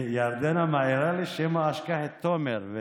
ירדנה מזכירה לי, שמא אשכח, את תומר.